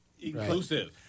Inclusive